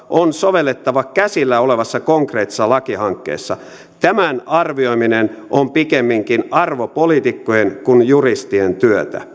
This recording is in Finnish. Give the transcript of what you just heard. on sovellettava käsillä olevassa konkreettisessa lakihankkeessa tämän arvioiminen on pikemminkin arvopoliitikkojen kuin juristien työtä